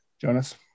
Jonas